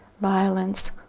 violence